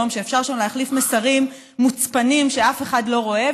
אפשר שם להחליף מסרים מוצפנים שאף אחד לא רואה.